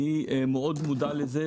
אני מאוד מודע לזה,